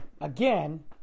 Again